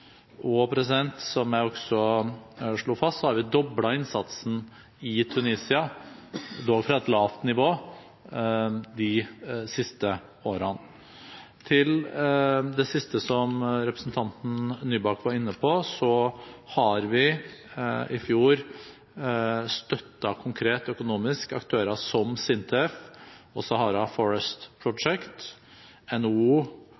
og Levanten. Som jeg også slo fast, har vi doblet innsatsen i Tunisia, dog fra et lavt nivå, de siste årene. Til det siste som representanten Nybakk var inne på, støttet vi i fjor konkret økonomisk aktører som SINTEF og The Sahara Forest Project. NHO